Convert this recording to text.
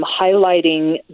highlighting